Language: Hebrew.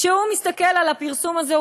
כשהוא מסתכל על הפרסום הזה,